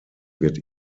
wird